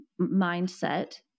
mindset